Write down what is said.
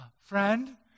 Friend